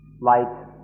Light